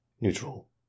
Neutral